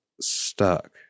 stuck